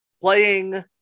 Playing